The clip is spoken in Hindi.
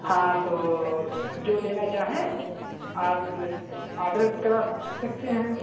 हाँ तो जो लेना चाहे आप ऑर्डर करा सकते हैं